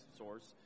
source